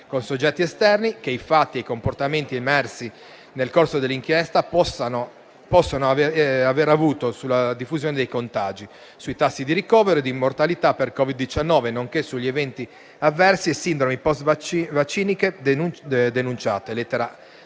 con soggetti esterni, che i fatti e i comportamenti emersi nel corso dell'inchiesta possano aver avuto sulla diffusione dei contagi, sui tassi di ricovero e di mortalità per Covid-19, nonché sugli eventi avversi e sindromi postvacciniche denunciate